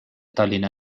tallinna